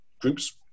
groups